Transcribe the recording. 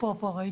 בסוף נוציא